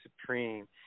supreme